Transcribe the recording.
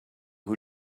who